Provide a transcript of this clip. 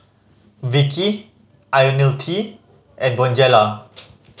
Vichy Ionil T and Bonjela